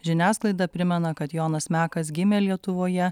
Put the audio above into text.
žiniasklaida primena kad jonas mekas gimė lietuvoje